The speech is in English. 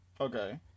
Okay